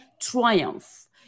triumph